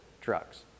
drugs